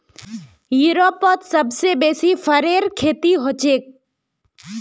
यूरोपत सबसे बेसी फरेर खेती हछेक